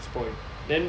spoil then